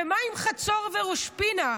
ומה עם חצור וראש פינה,